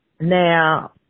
Now